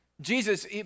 Jesus